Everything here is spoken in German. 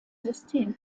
system